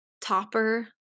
topper